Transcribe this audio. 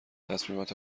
تصمیمات